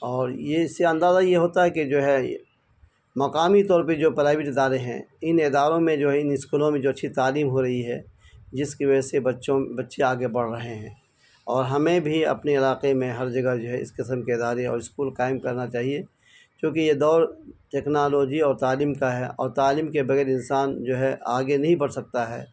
اور یہ سے اندازہ یہ ہوتا ہے کہ جو ہے مقامی طور پہ جو پرائیویٹ ادارے ہیں ان اداروں میں جو ہے ان اسکولوں میں جو اچھی تعلیم ہو رہی ہے جس کی وجہ سے بچوں بچے آگے بڑھ رہے ہیں اور ہمیں بھی اپنے علاقے میں ہر جگہ جو ہے اس قسم کے ادارے اور اسکول قائم کرنا چاہیے چونکہ یہ دور ٹیکنالوجی اور تعلیم کا ہے اور تعلیم کے بغیر انسان جو ہے آگے نہیں بڑھ سکتا ہے